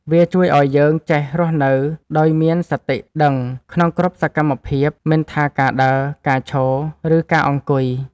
វាជួយឱ្យយើងចេះរស់នៅដោយមានសតិដឹងក្នុងគ្រប់សកម្មភាព មិនថាការដើរ ការឈរ ឬការអង្គុយ។